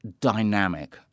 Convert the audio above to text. dynamic